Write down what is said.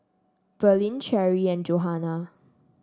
Verlyn Cherri and Johana